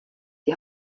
die